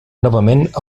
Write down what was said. novament